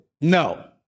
no